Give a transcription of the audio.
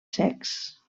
secs